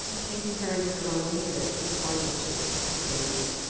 and taking her into the room where he lived, he pointed to the baby.